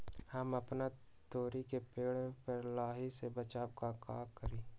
हम अपना तोरी के पेड़ के लाही से बचाव ला का करी?